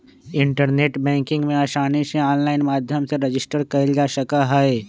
internet banking में आसानी से आनलाइन माध्यम से रजिस्टर कइल जा सका हई